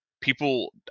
people